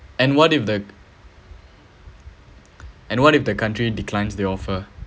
and what if the and what if the country declines the offer